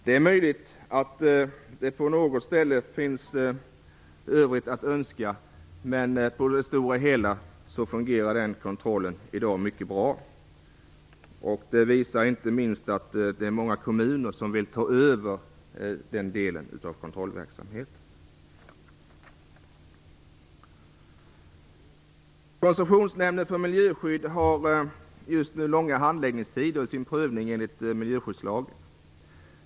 Det är möjligt att man på något ställe kan önska sig mer, men på det stora hela fungerar den kontrollen mycket bra i dag. Det visas inte minst genom att det är många kommuner som vill ta över den delen av kontrollverksamheten. Koncessionsnämnden för miljöskydd har just nu långa handläggningstider i sin prövning enligt miljöskyddslagen.